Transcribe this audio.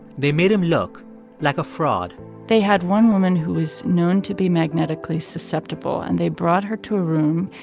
they made him look like a fraud they had one woman who was known to be magnetically susceptible, and they brought her to a room.